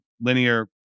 linear